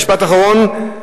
משפט אחרון,